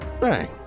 bang